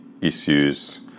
issues